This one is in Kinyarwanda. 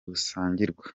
busangirwa